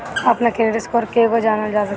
अपना credit score केगा जानल जा सकेला?